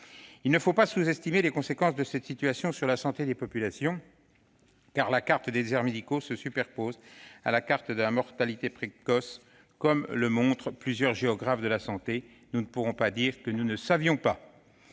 Il ne faut pas sous-estimer les conséquences de cette situation sur la santé des populations, car la carte des déserts médicaux se superpose à celle de la mortalité précoce, comme le montrent plusieurs géographes de la santé. Nous ne pourrons pas dire que nous ne savions pas